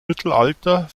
mittelalter